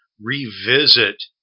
revisit